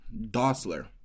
Dossler